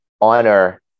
honor